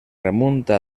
remunta